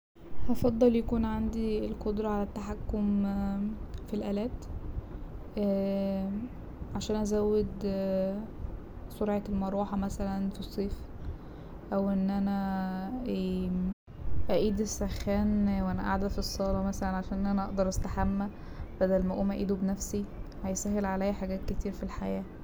هفضل يكون عندي القدرة على التحكم في الألات عشان ازود سرعة المروحة مثلا في الصيف أو ان انا ااقيد السخان وانا قاعدة في الصالة مثلا عشان ان انا اقدر استحمى بدل ما اقوم ااقيده بنفسي هيسهل عليا حاجات كتير في الحياة.